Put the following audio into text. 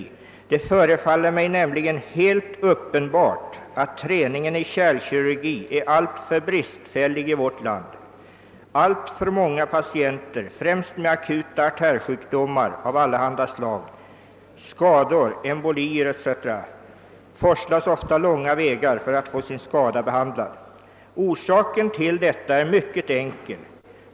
Det förefaller mig nämligen helt uppenbart, att träningen i kärlkirurgi är alltför bristfällig i vårt land. Alltför många patienter främst med akuta artärsjukdomar av allehanda slag, skador, embolier etc., forslas ofta långa vägar för att få sin skada behandlad. Orsaken till detta är mycket enkel.